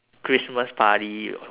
christmas party or